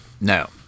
No